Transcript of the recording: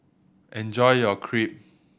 enjoy your Crepe